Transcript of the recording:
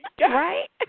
Right